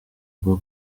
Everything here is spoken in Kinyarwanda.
bwo